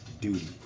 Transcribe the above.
duty